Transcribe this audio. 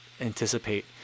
anticipate